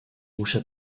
muszę